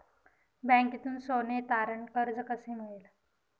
बँकेतून सोने तारण कर्ज कसे मिळेल?